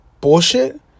bullshit